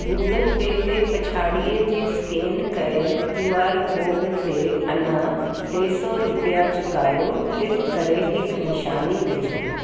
Google Pay ते पिछाड़ीअ जे स्केन कयल क्यू आर कोड ते अञा टे सौ रुपिया चुकायो टिप करे हिक निशानी विझो